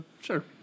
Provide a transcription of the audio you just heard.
sure